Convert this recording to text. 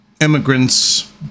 immigrants